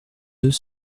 deux